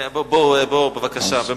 בוא, בבקשה.